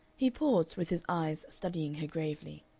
he paused, with his eyes studying her gravely.